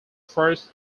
first